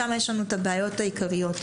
שם יש לנו את הבעיות העיקריות האלה.